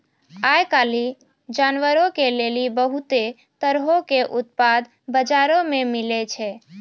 आइ काल्हि जानवरो के लेली बहुते तरहो के उत्पाद बजारो मे मिलै छै